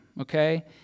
okay